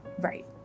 Right